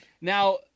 Now